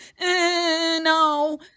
no